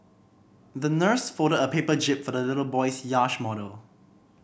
the nurse folded a paper jib for the little boy's yacht model